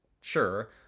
sure